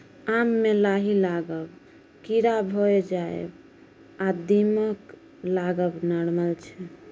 आम मे लाही लागब, कीरा भए जाएब आ दीमक लागब नार्मल छै